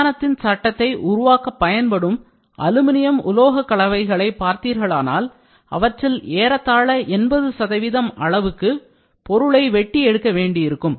விமானத்தின் சட்டத்தை உருவாக்க பயன்படும் அலுமினியம் உலோக கலவைகளை பார்த்தீர்களானால் அவற்றில் ஏறத்தாழ 80 அளவுக்கு பொருளை வெட்டி எடுக்க வேண்டியிருக்கும்